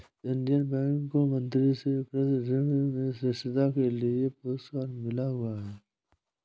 Indian Bank को मंत्री से कृषि ऋण में श्रेष्ठता के लिए पुरस्कार मिला हुआ हैं